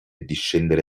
discendere